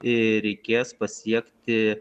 ir reikės pasiekti